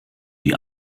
die